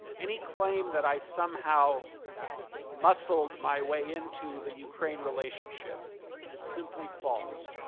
any claim that i somehow muscled my way into the ukraine relationship is simply false.